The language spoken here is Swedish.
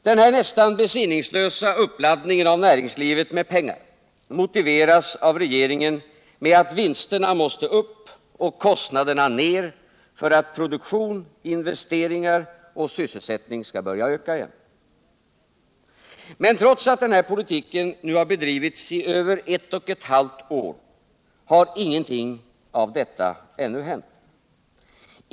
Den här nästan besinningslösa uppladdningen av näringslivet med pengar motiveras av regeringen med att vinsterna måste upp och kostnaderna ner för att produktion, investeringar och sysselsättning skall börja öka igen. Men trots att den här politiken nu bedrivits i över ett och ett halvt år har ingenting av detta ännu hänt.